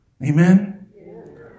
Amen